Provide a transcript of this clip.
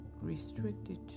restricted